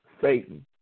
Satan